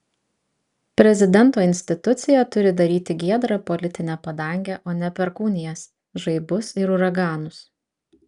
prezidento institucija turi daryti giedrą politinę padangę o ne perkūnijas žaibus ir uraganus